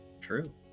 True